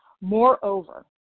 Moreover